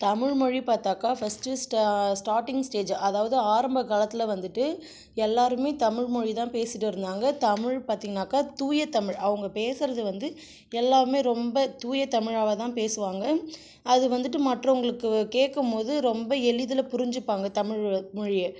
தமிழ் மொழி பார்த்தாக்க ஃபஸ்ட்டு ஸ்டா ஸ்டார்டிங் ஸ்டேஜ் அதாவது ஆரம்ப காலத்தில் வந்துட்டு எல்லோருமே தமிழ் மொழிதான் பேசிட்டு இருந்தாங்க தமிழ் பார்த்திங்கனாக்கா தூயத்தமிழ் அவங்க பேசுகிறது வந்து எல்லாமே ரொம்ப தூய தமிழாகவே தான் பேசுவாங்க அது வந்துட்டு மற்றவங்களுக்கு கேட்கும் போது ரொம்ப எளிதில் புரிஞ்சுப்பாங்க தமிழ் மொழியை